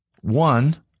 One